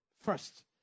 first